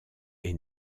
est